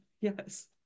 Yes